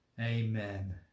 Amen